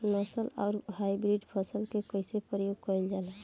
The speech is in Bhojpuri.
नस्ल आउर हाइब्रिड फसल के कइसे प्रयोग कइल जाला?